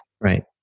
Right